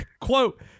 quote